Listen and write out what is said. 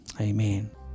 amen